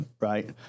Right